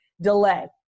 delay